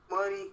money